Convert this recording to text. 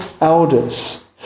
elders